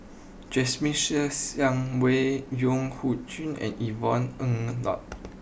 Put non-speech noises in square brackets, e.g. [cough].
Jasmine Ser Xiang Wei [unintelligible] and Yvonne Ng [unintelligible]